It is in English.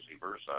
versa